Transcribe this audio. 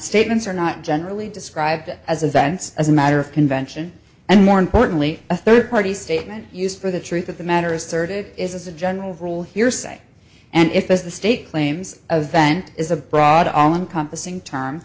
statements are not generally described as events as a matter of convention and more importantly a third party statement used for the truth of the matter is third it is a general rule hearsay and if as the state claims a vent is a broad all encompassing term